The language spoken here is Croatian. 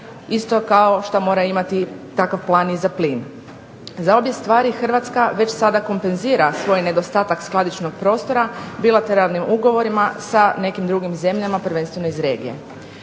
isto kao što mora imati takav plan i za plin. Za obje stvari Hrvatska već sada kompenzira svoj nedostatak skladišnog prostora bilateralnim ugovorima sa nekim drugim zemljama prvenstveno iz regije.